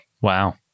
Wow